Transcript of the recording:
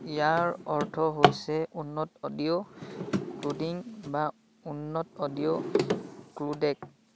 ইয়াৰ অৰ্থ হৈছে উন্নত অডিঅ' কোডিং বা উন্নত অডিঅ' কোডেক